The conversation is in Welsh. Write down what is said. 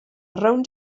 rownd